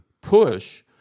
push